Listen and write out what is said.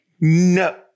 No